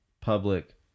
public